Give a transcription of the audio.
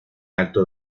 acto